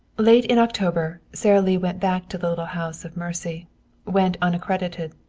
late in october sara lee went back to the little house of mercy went unaccredited,